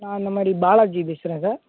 நான் இந்தமாதிரி பாலாஜி பேசுகிறேன் சார்